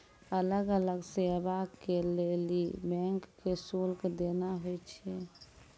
अलग अलग सेवा के लेली बैंक के शुल्क देना होय छै